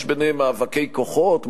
יש ביניהם מאבקי כוחות,